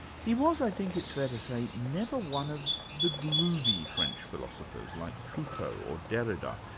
he was, i think it's fair to say, never one of the groovy french philosophers, like foucault or derrida,